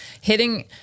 hitting